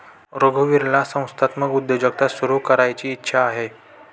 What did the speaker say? रघुवीरला संस्थात्मक उद्योजकता सुरू करायची इच्छा आहे